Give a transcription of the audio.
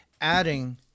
adding